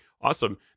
Awesome